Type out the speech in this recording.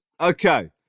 okay